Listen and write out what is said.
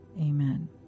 Amen